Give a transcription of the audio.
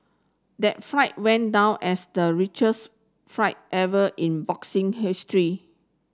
that flight went down as the richest flight ever in boxing history